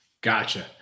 Gotcha